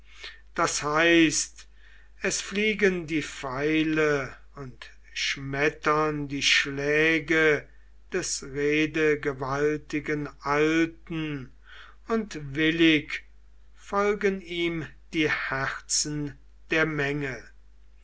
das heißt es fliegen die pfeile und schmettern die schläge des redegewaltigen alten und willig folgen ihm die herzen der menge